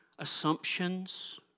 Assumptions